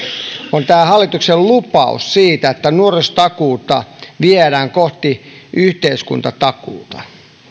on tämä hallituksen lupaus siitä että nuorisotakuuta viedään kohti yhteiskuntatakuuta